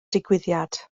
digwyddiad